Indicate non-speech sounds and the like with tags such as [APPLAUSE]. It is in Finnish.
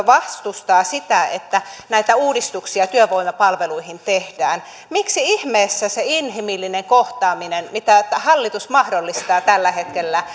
[UNINTELLIGIBLE] vastustaa sitä että näitä uudistuksia työvoimapalveluihin tehdään miksi ihmeessä se inhimillinen kohtaaminen minkä hallitus tällä hetkellä [UNINTELLIGIBLE]